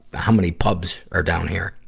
how many pubs are down here.